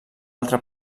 altre